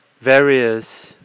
various